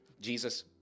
Jesus